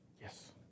yes